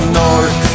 north